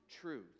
truth